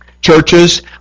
Churches